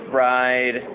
ride